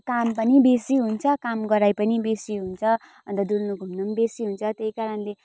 काम पनि बेसी हुन्छ काम गराइ पनि बेसी हुन्छ अन्त डुल्नु घुम्नु पनि बेसी हुन्छ त्यही कारणले